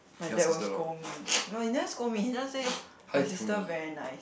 my dad will scold me no he never scold me he just say my sister very nice